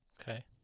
Okay